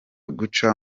guca